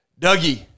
Dougie